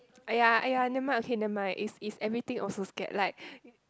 !aiya! !aiya! nevermind okay nevermind if if everything also scared like